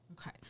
Okay